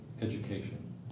education